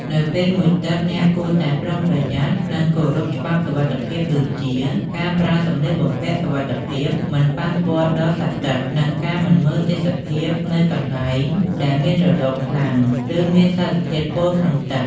នៅពេលមុជទឹក អ្នកគួរតែប្រុងប្រយ័ត្ន និងគោរពច្បាប់សុវត្ថិភាព ដូចជា ការប្រើសំលៀកបំពាក់សុវត្ថិភាពមិនប៉ះពាល់ដល់សត្វទឹក និងការមិនមើលទេសភាពនៅ កន្លែងដែលមានរលកខ្លាំង ឬមានសារធាតុពុលក្នុងទឹក។